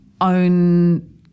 own